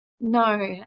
No